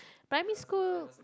primary school